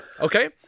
Okay